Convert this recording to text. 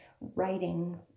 writing